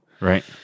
Right